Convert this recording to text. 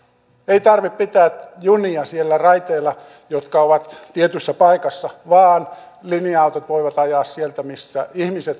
ei tarvitse pitää junia siellä raiteilla jotka ovat tietyssä paikassa vaan linja autot voivat ajaa sieltä missä ihmiset ovat